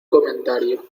comentario